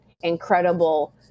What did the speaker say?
incredible